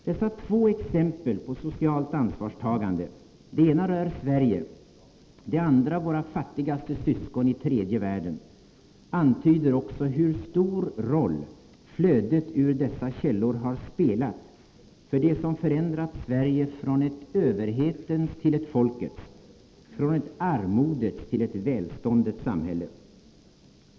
Dessa två exempel på socialt ansvarstagande — det ena rör Sverige, det andra våra fattigaste syskon i tredje världen — antyder också hur stor roll flödet ur dessa källor har spelat för det som förändrat Sverige från ett överhetens till ett folkets, från ett armodets till ett välståndets samhälle.